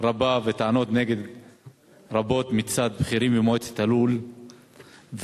רבה וטענות רבות מצד בכירים במועצת הלול ומנהליה,